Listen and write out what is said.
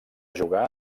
jugar